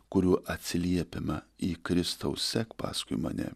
kuriuo atsiliepiame į kristaus sek paskui mane